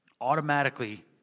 automatically